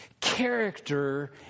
character